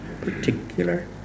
particular